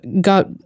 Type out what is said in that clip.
got